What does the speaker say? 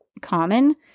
common